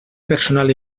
personal